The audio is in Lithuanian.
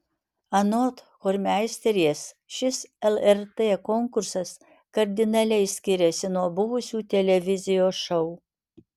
anot chormeisterės šis lrt konkursas kardinaliai skiriasi nuo buvusių televizijos šou